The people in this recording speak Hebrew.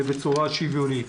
ובצורה שוויונית.